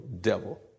devil